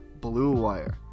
BLUEWIRE